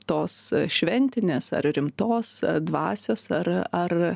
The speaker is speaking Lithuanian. tos šventinės ar rimtos dvasios ar ar